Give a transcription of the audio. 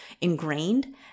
ingrained